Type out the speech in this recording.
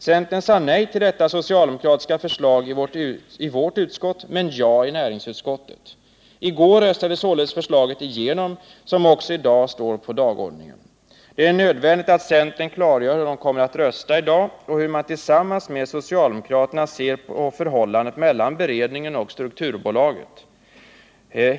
Centern sade nej till detta socialdemokratiska förslag i vårt utskott men ja i näringsutskottet. I går röstades således det förslag igenom som också i dag står på dagordningen. Det är nödvändigt att centern klargör hur den kommer att rösta i dag och hur den tillsammans med socialdemokraterna ser på förhållandet mellan beredningen och strukturbolaget.